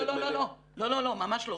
לא, לא, לא, ממש לא.